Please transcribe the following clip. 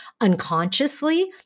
unconsciously